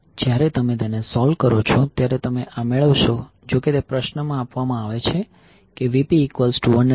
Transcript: તેથી જ્યારે તમે તેને સોલ્વ કરો છો ત્યારે તમે આ મેળવશો જો કે તે પ્રશ્નમાં આપવામાં આવે છે કે Vp110∠0°Ip6